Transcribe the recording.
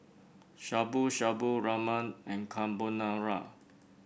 Shabu Shabu Ramen and Carbonara